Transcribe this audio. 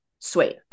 sweet